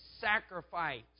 sacrifice